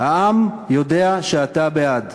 העם יודע שאתה בעד.